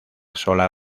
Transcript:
sola